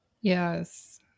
Yes